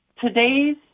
today's